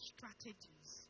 Strategies